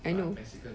I know